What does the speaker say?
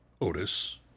Otis